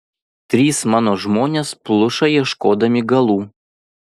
trys mano žmonės pluša ieškodami galų